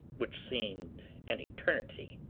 which seemed an eternity,